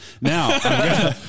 Now